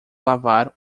lavar